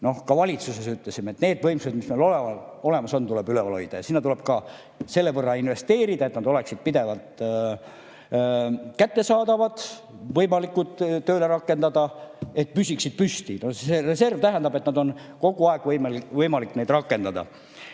ütles, ka valitsuses ütlesime, et need võimsused, mis meil olemas on, tuleb üleval hoida ja sinna tuleb ka selle võrra investeerida, et nad oleksid pidevalt kättesaadavad, et neid oleks võimalik tööle rakendada, et need püsiksid püsti. No see reserv tähendab, et on kogu aeg võimalik neid rakendada.